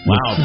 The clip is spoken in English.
Wow